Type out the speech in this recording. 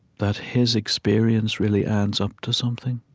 that his experience really adds up to something,